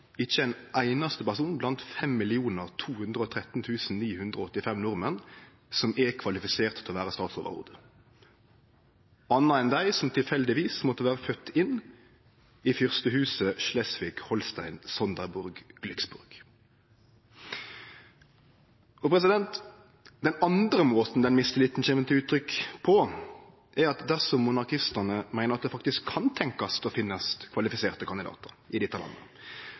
ikkje ein einaste person blant 5 213 985 nordmenn – som er kvalifisert til å vere statsoverhovud, anna enn dei som tilfeldigvis måtte vere fødde inn i fyrstehuset Schleswig-Holstein-Sonderburg-Glücksburg. Den andre måten den mistilliten kjem til uttrykk på, er at dersom monarkistane meiner at det faktisk kan tenkjast å finnast kvalifiserte kandidatar i dette landet,